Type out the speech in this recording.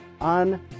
on